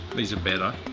these are better,